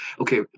okay